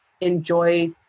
enjoy